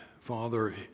Father